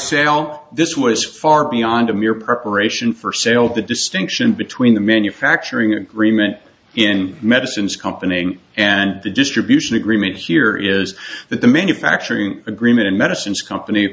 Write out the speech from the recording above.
well this was far beyond a mere preparation for sale the distinction between the manufacturing agreement in medicines company and the distribution agreement here is that the manufacturing agreement and medicines company